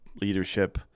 leadership –